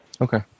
Okay